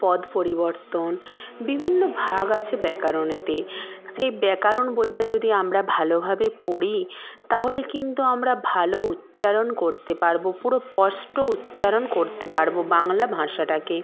পদ পরিবর্তন বিভিন্ন ভাগ আছে ব্যাকরণেতে সেই ব্যাকরণ বইটা যদি আমরা ভালোভাবে পড়ি তাহলে কিন্তু আমরা ভালো উচ্চারণ করতে পারবো পুরো স্পষ্ট উচ্চারণ করতে পারবো বাংলা ভাষাটাকে